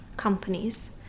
Companies